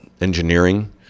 engineering